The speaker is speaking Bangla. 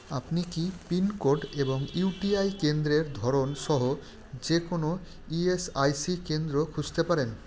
আপনি কি পিনকোড এবং ইউটিআই কেন্দ্রের ধরন সহ যে কোনো ইএসআইসি কেন্দ্র খুঁজতে পারেন